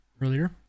earlier